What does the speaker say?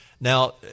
Now